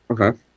Okay